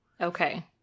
Okay